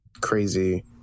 crazy